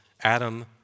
Adam